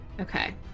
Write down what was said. Okay